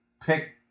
pick